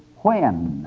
when